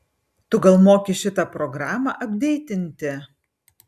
tu gal moki šitą programą apdeitinti